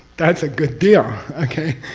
that's a good deal! okay?